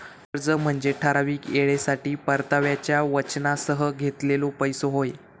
कर्ज म्हनजे ठराविक येळेसाठी परताव्याच्या वचनासह घेतलेलो पैसो होय